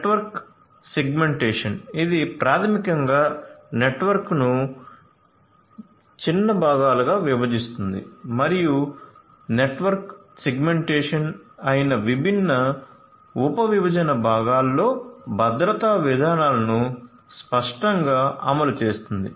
network segmentation ఇది ప్రాథమికంగా నెట్వర్క్ను చిన్న భాగాలుగా విభజిస్తుంది మరియు నెట్వర్క్ సెగ్మెంటేషన్ అయిన విభిన్న ఉపవిభజన భాగాలలో భద్రతా విధానాలను స్పష్టంగా అమలు చేస్తుంది